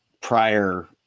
prior